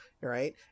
Right